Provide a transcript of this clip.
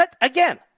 again